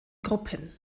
gruppen